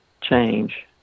change